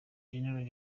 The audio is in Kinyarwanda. generali